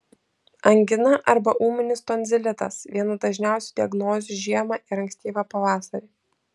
angina arba ūminis tonzilitas viena dažniausių diagnozių žiemą ir ankstyvą pavasarį